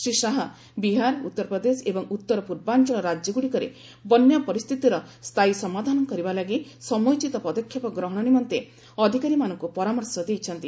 ଶ୍ରୀ ଶାହା ବିହାର ଉତ୍ତର ପ୍ରଦେଶ ଏବଂ ଉତ୍ତର ପୂର୍ବାଞ୍ଚଳ ରାଜ୍ୟଗ୍ରଡ଼ିକରେ ବନ୍ୟା ପରିସ୍ଥିତିର ସ୍ଥାୟୀ ସମାଧାନ କରିବା ଲାଗି ସମୟୋଚିତ ପଦକ୍ଷେପ ଗ୍ରହଣ ନିମନ୍ତେ ଅଧିକାରୀମାନଙ୍କୁ ପରାମର୍ଶ ଦେଇଛନ୍ତି